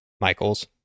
Michaels